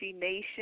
Nation